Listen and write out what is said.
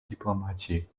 дипломатии